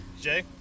Jay